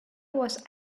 was